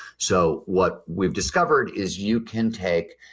so what we've discovered is you can take,